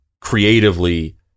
creatively